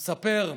מספר: